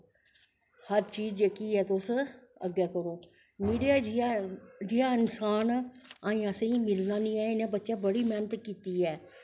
हर चीज़ जेह्की ऐ तुस अग्गैं करो मिडिया जियां इंसान अज़ैं असेंगी मिलना नी ऐ इनें बच्चैं बड़ी मैह्नत कीती ऐ